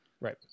right